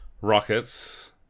Rockets